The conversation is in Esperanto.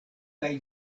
kaj